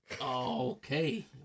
Okay